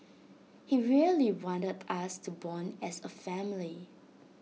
he really wanted us to Bond as A family